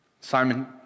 Simon